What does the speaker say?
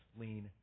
lean